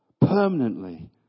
permanently